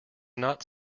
not